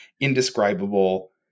indescribable